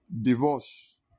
Divorce